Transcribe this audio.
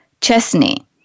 Chesney